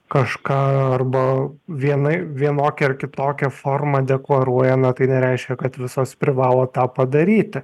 kažką arba vienai vienokią ar kitokią formą deklaruoja na tai nereiškia kad visos privalo tą padaryti